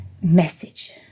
message